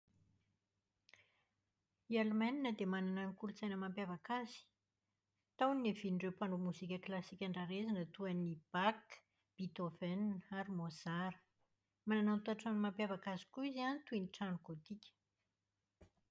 Ny Alemanna dia manana ny kolotsaina mampiavaka azy. Tao no niavian'ireo mpanao mozika klasika andrarezina toa an'i Bach, Beethoven ary Mozart. Manana tao-trano mampiavaka azy koa izy an, toy ny trano gotika.